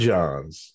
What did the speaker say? John's